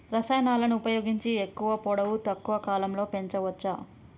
రసాయనాలను ఉపయోగించి ఎక్కువ పొడవు తక్కువ కాలంలో పెంచవచ్చా?